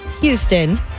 Houston